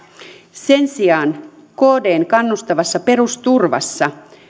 sen sijaan kdn kannustavassa perusturvassa